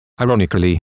ironically